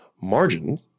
margin